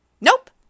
Nope